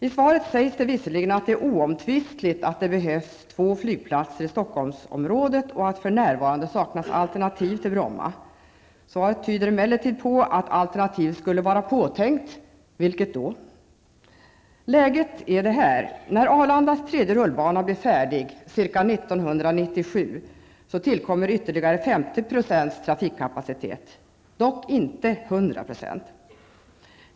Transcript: I svaret sägs det visserligen att det är oomtvistligt att det behövs två flyplatser i Stockholmsområdet och att det för närvarande saknas alternativ till Bromma. Svaret tyder emellertid på att något alternativ skulle vara påtänkt, men vilket? Läget är följande: När Arlandas tredje rullbana blir färdig omkring 1997 tillkommer ytterligare 50 % trafikkapacitet, dock inte 100 %.